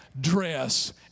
dress